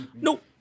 Nope